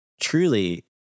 truly